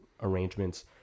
arrangements